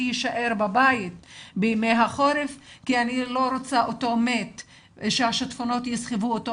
יישאר בבית בימי החורף כי היא לא רוצה אותו מת שהשיטפונות יסחפו אותו,